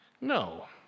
No